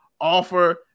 offer